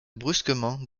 brusquement